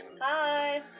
Hi